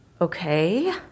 okay